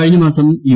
കഴിഞ്ഞ മാസം യു